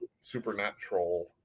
supernatural